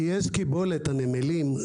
כי יש קיבולת לנמלים.